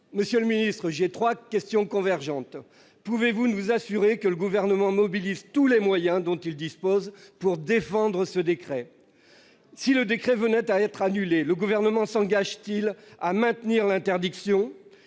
Monsieur le ministre d'État, j'ai trois questions convergentes à vous poser. Pouvez-vous d'abord nous assurer que le Gouvernement mobilise tous les moyens dont il dispose pour défendre ce décret ? Ensuite, si le décret venait à être annulé, le Gouvernement s'engage-t-il à maintenir l'interdiction ?